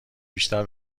بیشتر